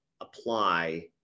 apply